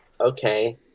Okay